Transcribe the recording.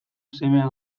semea